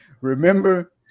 remember